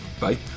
bye